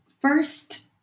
first